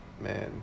Man